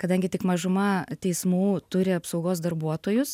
kadangi tik mažuma teismų turi apsaugos darbuotojus